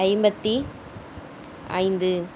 ஐம்பத்தி ஐந்து